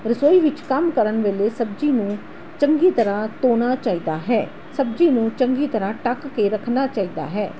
ਰਸੋਈ ਵਿੱਚ ਕੰਮ ਕਰਨ ਵੇਲੇ ਸਬਜ਼ੀ ਨੂੰ ਚੰਗੀ ਤਰ੍ਹਾਂ ਧੋਣਾ ਚਾਹੀਦਾ ਹੈ ਸਬਜ਼ੀ ਨੂੰ ਚੰਗੀ ਤਰ੍ਹਾਂ ਢੱਕ ਕੇ ਰੱਖਣਾ ਚਾਹੀਦਾ ਹੈ